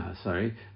sorry